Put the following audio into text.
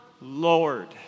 Lord